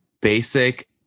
basic